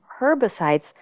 herbicides